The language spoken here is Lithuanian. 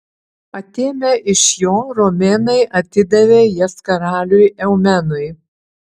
atėmę iš jo romėnai atidavė jas karaliui eumenui